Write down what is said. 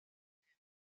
bosnie